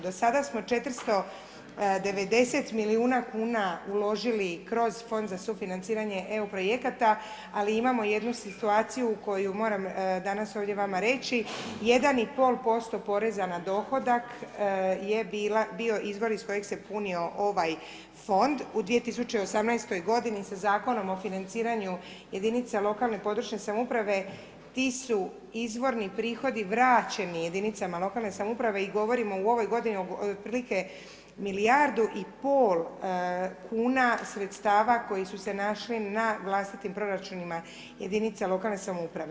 Do sada smo 490 miliona kuna uložili kroz Fond za sufinanciranje EU projekata, ali imamo jednu situaciju koju moram danas ovdje vama reći, 1,5% poreza na dohodak je bio izvor iz kojeg se punio ovaj fond u 2018. godini sa Zakonom o financiranju jedinica lokalne (područne) samouprave ti su izvorni prihodi vraćeni jedinicama lokalne samouprave i govorimo u ovoj godini o otprilike milijardu i pol kuna sredstava koji su se našli na vlastitim proračunima jedinica lokalne samouprave.